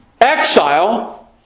exile